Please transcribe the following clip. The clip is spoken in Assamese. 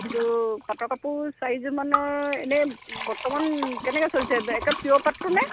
কিন্তু পাটৰ কাপোৰ চাৰিযোৰমানৰ এনেই বৰ্তমান কেনেকে চলিছে একে পিয়'ৰ পাতটো নে